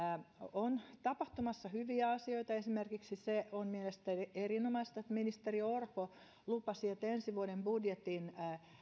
on tapahtumassa hyviä asioita esimerkiksi se on mielestäni erinomaista että ministeri orpo lupasi että ensi vuoden budjetin